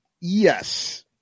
Yes